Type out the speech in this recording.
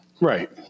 Right